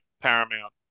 Paramount